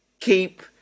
keep